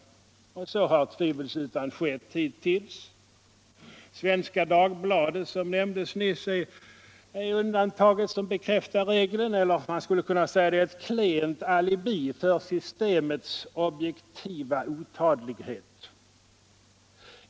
Så har tvivelsutan också skett hittills. Stödet till Svenska Dagbladet, som nämndes nyss, är undantaget som bekräftar regeln, eller man skulle kunna säga att det är ett klent alibi för systemets objektiva otadlighet.